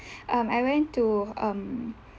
um I went to um